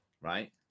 Right